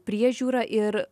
priežiūra ir